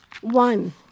One